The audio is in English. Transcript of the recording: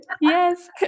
Yes